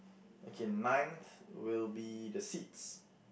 okay ninth will be the seats